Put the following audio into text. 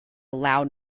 loud